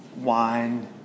wine